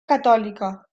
catòlica